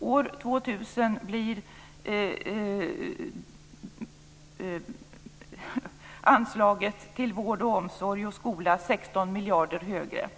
År 2000 blir anslaget till vård, omsorg och skola 16 miljarder högre.